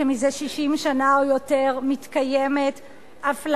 שמזה 60 שנה או יותר מתקיימת אפליה